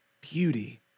beauty